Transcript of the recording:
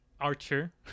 archer